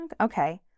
Okay